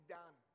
done